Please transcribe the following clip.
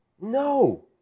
No